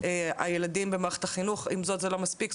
הילדים במערכת החינוך עם זאת זה לא מספיק,